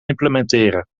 implementeren